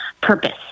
purpose